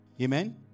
Amen